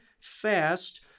fast